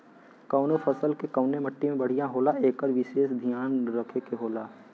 कउनो फसल के कउने मट्टी में बढ़िया होला एकर विसेस धियान रखे के होला